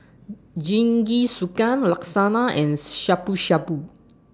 Jingisukan Lasagna and Shabu Shabu